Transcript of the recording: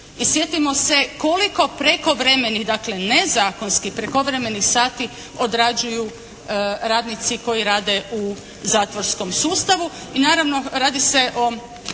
i sjetimo se koliko prekovremenih dakle ne zakonski, prekovremenih sati odrađuju radnici koji rade u zatvorskom sustavu. Naravno radi se o